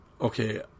okay